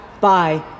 bye